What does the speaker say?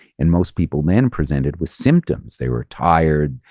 and most people then presented with symptoms. they were tired,